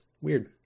Weird